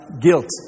guilt